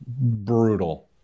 Brutal